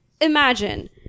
imagine